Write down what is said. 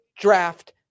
draft